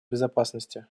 безопасности